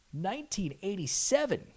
1987